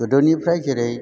गोदोनिफ्राय जेरै